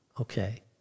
Okay